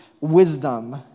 wisdom